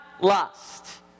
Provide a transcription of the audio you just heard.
lust